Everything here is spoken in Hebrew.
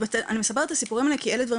אני מספרת את הסיפורים האלה כי אלו דברים